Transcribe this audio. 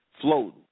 floating